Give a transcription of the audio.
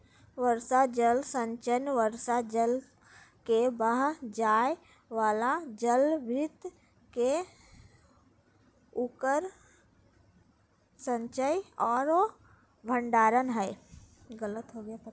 वर्षा जल संचयन वर्षा जल के बह जाय वाला जलभृत में उकर संचय औरो भंडारण हइ